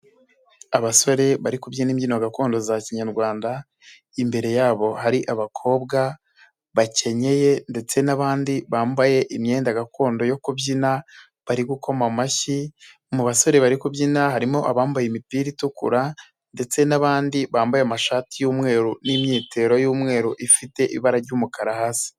Abasore bari kubyina imbyino gakondo za Kinyarwanda, imbere yabo hari abakobwa bakenyeye ndetse n'abandi bambaye imyenda gakondo yo kubyina, bari gukoma amashyi mu basore bari kubyina harimo abambaye imipira itukura ndetse n'abandi bambaye amashati y'umweru n'imyitero y'umweru ifite ibara ry'umukara hasi.